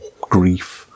grief